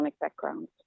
backgrounds